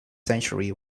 century